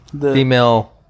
Female